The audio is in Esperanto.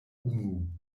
unu